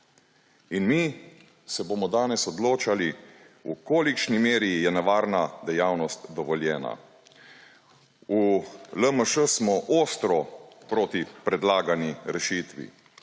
In mi se bomo danes odločali, v kolikšni meri je nevarna dejavnost dovoljena. V LMŠ smo ostro proti predlagani rešitvi.